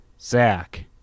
Zach